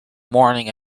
morning